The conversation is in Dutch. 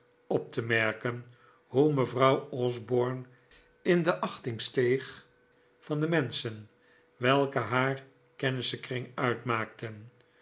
op te merken hoe mevrouw osborne in de achting steeg van de menschen welke haar kenissenkring uitmaakten